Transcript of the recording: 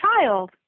child